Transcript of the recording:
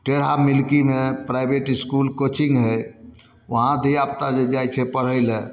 टेढ़ा मिल्कीमे private school coaching हइ उहाँ धियापुता जे जाइ छै पढ़ै लए